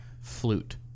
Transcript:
flute